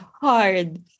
hard